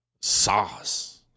Sauce